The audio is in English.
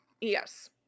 Yes